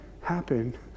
happen